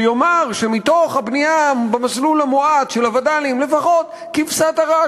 שיאמר שמתוך הבנייה במסלול המואץ של הווד"לים לפחות כבשת הרש,